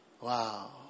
Wow